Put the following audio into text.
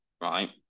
right